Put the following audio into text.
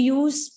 use